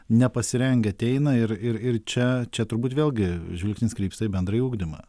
nepasirengę ateina ir ir ir čia čia turbūt vėlgi žvilgsnis krypsta į bendrąjį ugdymą